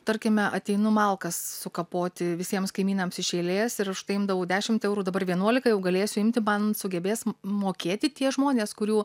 tarkime ateinu malkas sukapoti visiems kaimynams iš eilės ir už tai imdavau dešimt eurų dabar vienuolika jau galėsiu imti man sugebės mokėti tie žmonės kurių